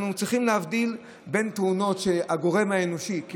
אנחנו צריכים להבדיל בין תאונות שהגורם האנושי הוא הדומיננטי והמרכזי,